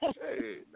Hey